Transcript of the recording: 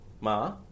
Ma